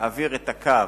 להעביר את הקו,